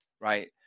right